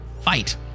fight